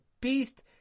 beast